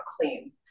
clean